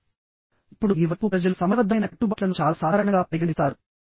ఇప్పుడు ఈ వైపు ప్రజలు సమయబద్ధమైన కట్టుబాట్లను చాలా సాధారణంగా పరిగణిస్తారు